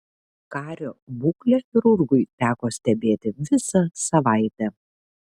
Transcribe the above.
kario būklę chirurgui teko stebėti visą savaitę